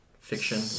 fiction